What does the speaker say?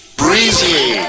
breezy